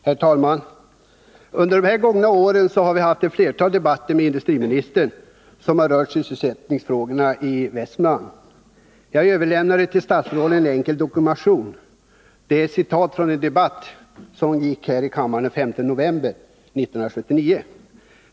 Herr talman! Under de gångna åren har vi haft ett flertal debatter med industriministern som rört sysselsättningsfrågorna' i Västmanland. Jag överlämnade till statsrådet en enkel dokumentation — ett citat från en debatt i kammaren den 15 november 1979.